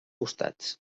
costats